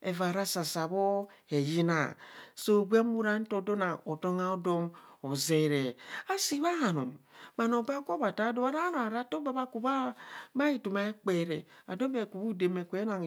Avera asasa bho heyina so gwem ora nto do nang hotom aodom hozeree. Asi bha num bhanro baa jwa bha taa doo bho ara bhanoo arato baa kha kubha bha hitum aekperee adoo bee kubhu dee ekube nang